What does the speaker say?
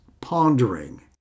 pondering